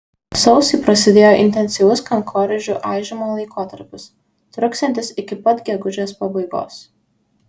sausį prasidėjo intensyvus kankorėžių aižymo laikotarpis truksiantis iki pat gegužės pabaigos